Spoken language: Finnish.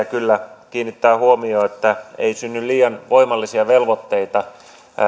kyllä kiinnittää huomiota että ei synny liian voimallisia velvoitteita